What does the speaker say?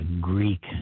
Greek